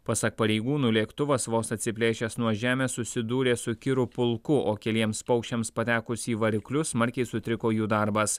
pasak pareigūnų lėktuvas vos atsiplėšęs nuo žemės susidūrė su kirų pulku o keliems paukščiams patekus į variklius smarkiai sutriko jų darbas